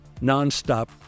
nonstop